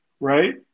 Right